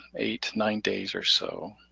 eight, nine days or so.